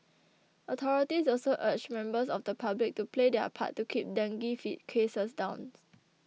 authorities also urged members of the public to play their part to keep dengue cases downs